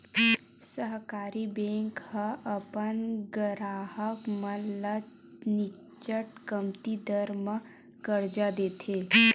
सहकारी बेंक ह अपन गराहक मन ल निच्चट कमती दर म करजा देथे